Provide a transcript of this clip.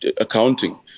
accounting